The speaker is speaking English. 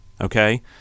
okay